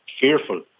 fearful